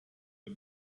the